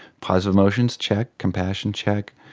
positive emotions, check, compassion, check,